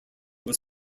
was